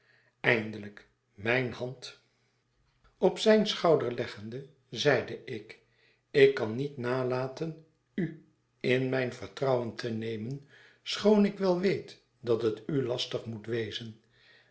eindeliik mijne hand op zijn schouder leggende zeide ik ik kan niet nalaten u in mijn vertrouwen te nemen schoon ik wel weet dat het u lastig moet wezen